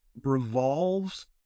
revolves